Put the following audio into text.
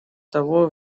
того